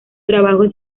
trabajo